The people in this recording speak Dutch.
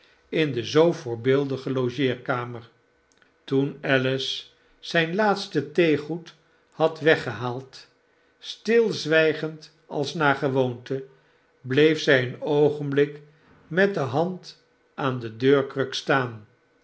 in de zoo voorbeeldige logeerkamer toen alice zyn laatste theegoed had weggehaald stilzwijgend als naar gewoonte bleef zy een oogenblik met de hand aan de deurkruk staan